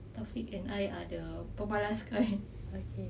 taufik and I are the pemalas kind